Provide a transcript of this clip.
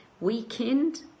weekend